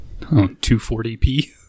240p